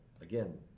again